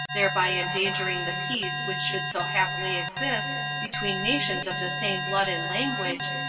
thereby endangering the peace which should so happily exist between nations of the same blood and language,